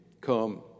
come